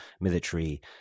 military